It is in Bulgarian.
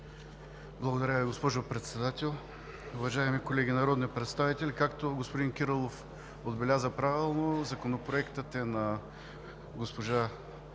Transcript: Благодаря Ви, госпожо Председател. Уважаеми колеги народни представители, както господин Кирилов отбеляза правилно, Законопроектът е на госпожа